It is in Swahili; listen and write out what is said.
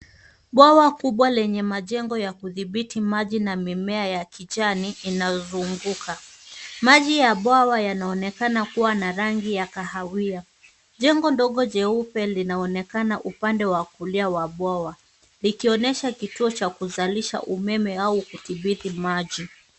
Bwawa kubwa lenye majengo ya kudhibiti maji na mimea ya kijani inazunguka. Maji ya bwawa yanaonekana kuwa na rangi ya kahawia. Jengo ndogo jeupe linaonekana upande wa kulia wa bwawa likionyesha kituo cha kuzalisha umeme au kudhibiti maji.